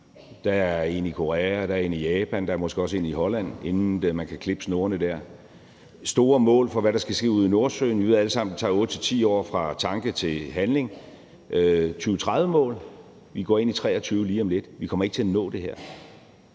Der er en i Korea, og der er en i Japan, og der er måske også en i Holland, inden man kan klippe snorene over her. Der er store mål om, hvad der skal ske ude i Nordsøen, men vi ved alle sammen, at det tager 8-10 år fra tanke til handling. Der er 2030-målet, men vi går ind i 2023 lige om lidt, og vi kommer ikke til at nå det,